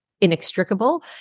inextricable